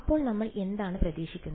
അപ്പോൾ നമ്മൾ എന്താണ് പ്രതീക്ഷിക്കുന്നത്